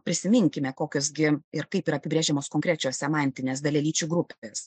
prisiminkime kokios gi ir kaip yra apibrėžiamos konkrečios semantinės dalelyčių grupės